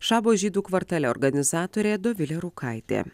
šabo žydų kvartale organizatorė dovilė rūkaitė